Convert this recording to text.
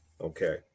Okay